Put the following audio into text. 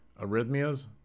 arrhythmias